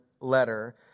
letter